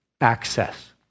access